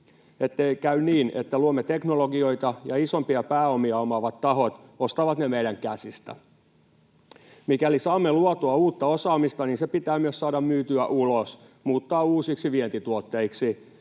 ettei käy niin, että luomme teknologioita ja isompia pääomia omaavat tahot ostavat ne meidän käsistä. Mikäli saamme luotua uutta osaamista, niin se pitää myös saada myytyä ulos, muuttaa uusiksi vientituotteiksi.